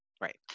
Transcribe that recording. right